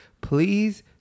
Please